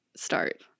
start